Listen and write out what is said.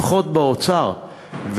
לפחות באוצר,